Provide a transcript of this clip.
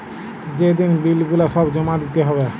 যে দিন বিল গুলা সব জমা দিতে হ্যবে